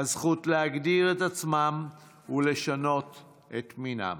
הזכות להגדיר את עצמם ולשנות את מינם.